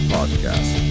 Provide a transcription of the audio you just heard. Podcast